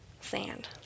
sand